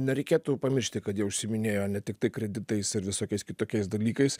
nereikėtų pamiršti kad ji užsiiminėjo ne tiktai kreditais ir visokiais kitokiais dalykais